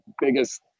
biggest